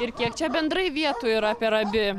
ir kiek čia bendrai vietų yra per abi